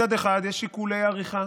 מצד אחד יש שיקולי עריכה